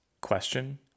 question